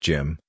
Jim